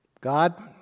God